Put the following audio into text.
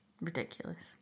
Ridiculous